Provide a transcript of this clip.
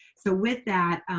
so with that,